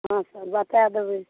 हॅं सर बता देबै